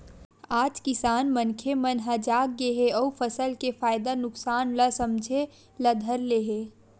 आज किसान मनखे मन ह जाग गे हे अउ फसल के फायदा नुकसान ल समझे ल धर ले हे